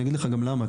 אני אגיד לך גם למה,